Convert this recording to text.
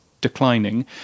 declining